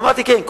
אמרתי: כן.